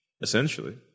essentially